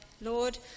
Lord